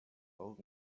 old